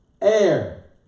air